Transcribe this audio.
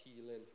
healing